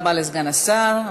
תודה רבה לסגן השר.